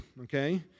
okay